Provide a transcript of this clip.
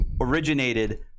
originated